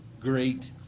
great